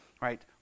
right